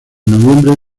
noviembre